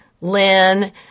Lynn